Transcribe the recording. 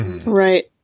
Right